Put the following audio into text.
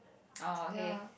oh okay